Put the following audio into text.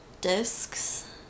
discs